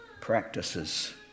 practices